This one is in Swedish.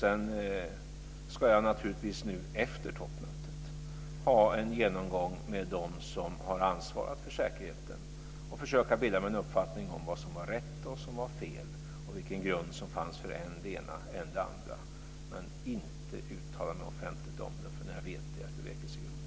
Efter toppmötet ska jag ha en genomgång med dem som har ansvarat för säkerheten och försöka bilda mig en uppfattning om vad som var rätt och fel och vilken grund som fanns för än det ena än det andra. Men jag kommer inte att uttala mig om det offentligt förrän jag vet deras bevekelsegrunder.